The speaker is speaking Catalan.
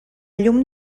llum